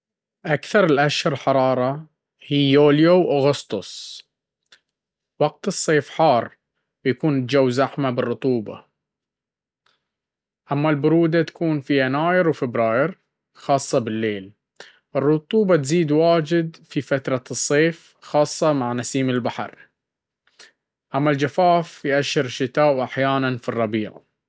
أكثر الأشهر حرارة هي يوليو وأغسطس، وقت الصيف حار ويكون الجو زحمة بالرطوبة. أما البرودة، تكون في يناير وفبراير، خاصة بالليل. الرطوبة تزيد واجد في فترة الصيف، خاصة مع نسيم البحر، أما الجفاف في أشهر الشتاء وأحيانًا في الربيع.